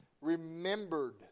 Remembered